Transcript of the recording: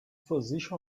position